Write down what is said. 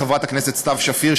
לחברת הכנסת סתיו שפיר,